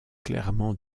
clairement